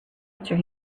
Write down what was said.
answer